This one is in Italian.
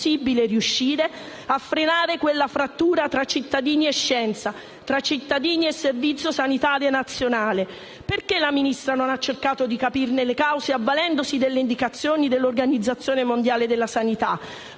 riuscire - a frenare quella frattura tra cittadini e scienza, tra cittadini e Servizio sanitario nazionale. Perché la Ministra non ha cercato di capirne le cause avvalendosi delle indicazioni dell'Organizzazione mondiale sanità?